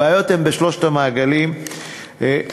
הבעיות הן בשלושת המעגלים הראשונים.